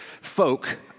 folk